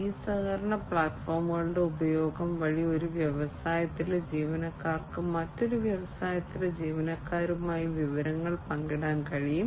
ഈ സഹകരണ പ്ലാറ്റ്ഫോമുകളുടെ ഉപയോഗം വഴി ഒരു വ്യവസായത്തിലെ ജീവനക്കാർക്ക് മറ്റൊരു വ്യവസായത്തിലെ ജീവനക്കാരുമായി വിവരങ്ങൾ പങ്കിടാൻ കഴിയും